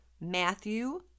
Matthew